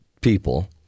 people